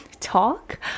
talk